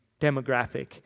demographic